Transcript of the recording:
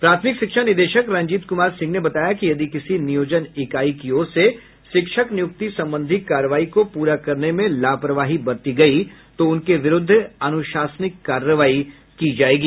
प्राथमिक शिक्षा निदेशक रंजीत कुमार सिंह ने बताया कि यदि किसी नियोजन इकाई की ओर से शिक्षक नियुक्ति संबंधी कार्रवाई को पूरा करने में लापरवाही बरती गयी तो उनके विरूद्ध अनुशासनिक कार्रवाई की जायेगी